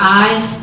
eyes